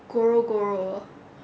Goro Goro